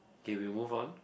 okay we move on